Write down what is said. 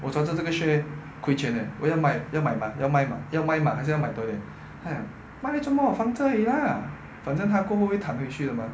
我转这个 share 亏钱 leh 我要卖要卖 mah 要卖要卖吗还是买多一点她将卖来怎么放着 lah 反怎它过后会谭回去的吗